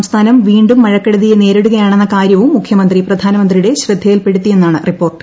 സംസ്ഥാനം വീണ്ടും മഴക്കെടുതിയെ നേരിടുകയാണെന്ന കാര്യവും മുഖ്യമന്ത്രി പ്രധാനമന്ത്രിയുടെ ശ്രദ്ധയിൽപ്പെടുത്തിയെന്ന്ൂാണ് റിപ്പോർട്ട്